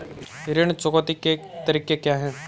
ऋण चुकौती के तरीके क्या हैं?